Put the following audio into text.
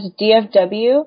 DFW